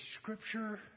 scripture